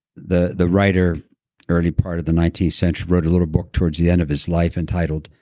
the the writer early part of the nineteenth century wrote a little book towards the end of his life entitled,